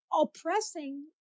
oppressing